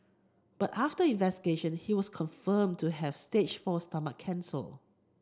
but after investigation he was confirmed to have stage four stomach cancer